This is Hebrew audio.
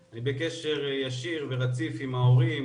אני בקשר ישיר ורציף עם ההורים,